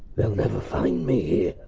they'll never find me